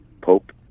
pope